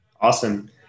Awesome